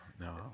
no